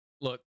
look